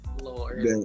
Lord